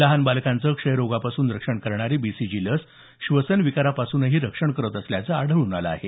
लहान बालकांचं क्षय रोगापासून रक्षण करणारी बीसीजी लस श्वसन विकारांपासूनही रक्षण करत असल्याचं आढळून आलं आहे